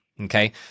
Okay